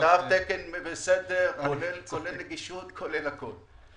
תן התקן בסדר, כולל נגישות, כולל הכול.